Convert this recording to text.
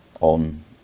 on